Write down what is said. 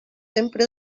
sempre